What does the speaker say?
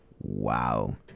wow